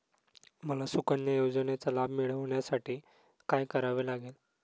मला सुकन्या योजनेचा लाभ मिळवण्यासाठी काय करावे लागेल?